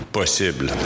possible